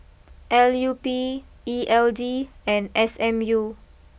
L U P E L D and S M U